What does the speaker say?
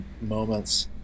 moments